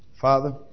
Father